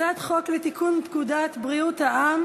הצעת חוק לתיקון פקודת בריאות העם